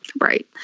Right